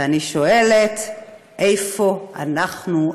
ואני שואלת: איפה אנחנו?